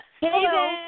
Hello